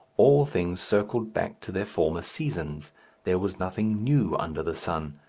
all things circled back to their former seasons there was nothing new under the sun.